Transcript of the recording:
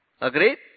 Agreed